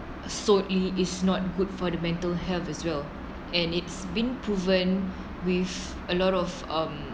so it is not good for the mental health as well and it's been proven with a lot of um